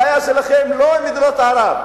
הבעיה שלכם לא עם מדינות ערב,